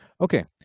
okay